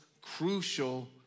crucial